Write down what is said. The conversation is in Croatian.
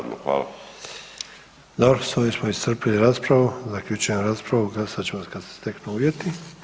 Dobro, s ovim smo iscrpili raspravu, zaključujem raspravu, glasovat ćemo kad se steknu uvjeti.